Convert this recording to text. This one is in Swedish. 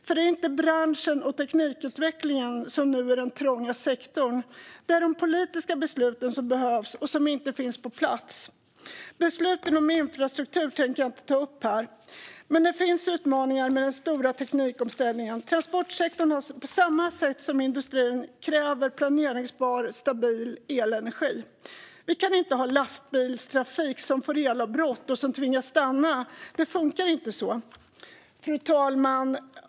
Det är ju inte branschen och teknikutvecklingen som nu är den trånga sektorn, utan det är de politiska besluten som behövs och inte finns på plats. Besluten om infrastruktur tänkte jag inte ta upp här. Men det finns utmaningar med den stora teknikomställningen. Transportsektorn kräver, på samma sätt som industrin, planerbar, stabil elenergi. Vi kan inte ha lastbilstrafik som får elavbrott och som tvingas stanna. Det funkar inte så. Fru talman!